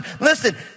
Listen